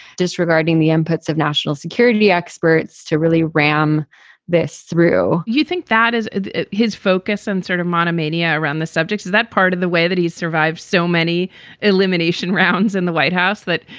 disregarding the inputs of national security experts to really ram this through do you think that is his focus and sort of monomania around the subject? is that part of the way that he's survived so many elimination rounds in the white house that,